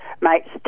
mates